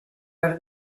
per